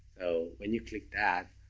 so when you click that,